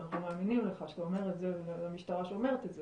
שאנחנו מאמינים לך כשאתה אומר את זה ולמשטרה שאומרת את זה,